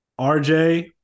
RJ